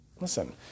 Listen